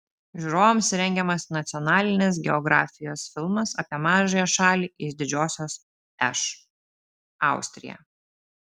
žiūrovams rengiamas nacionalinės geografijos filmas apie mažąją šalį iš didžiosios š austriją